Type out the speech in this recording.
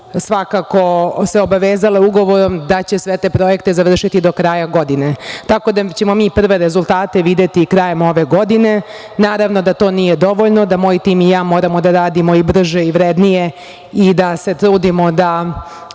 svakako se obavezale ugovorom da će sve te projekte završiti do kraja godine. Prve rezultate ćemo videti krajem ove godine. Naravno da to nije dovoljno, da moj tim i ja moramo da radimo i brže i vrednije i da se trudimo da